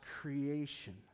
creation